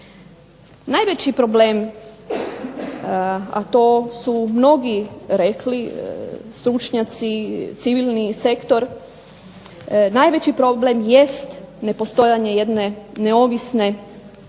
Najveći problem, a to su mnogi rekli stručnjaci, civilni sektor. Najveći problem jest nepostojanje jedne neovisne